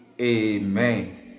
Amen